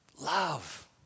Love